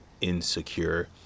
insecure